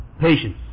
Patience